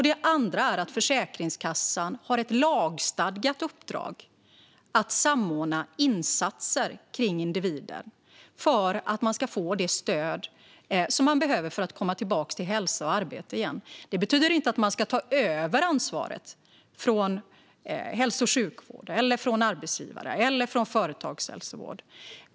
Det andra är ett lagstadgat uppdrag att samordna insatser kring individen för att man ska få det stöd som man behöver för att komma tillbaka till hälsa och arbete igen. Det betyder inte att man ska ta över ansvaret från hälso och sjukvården, från arbetsgivarna eller från företagshälsovården.